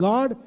God